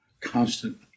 Constant